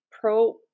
pro